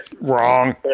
Wrong